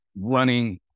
running